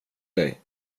dig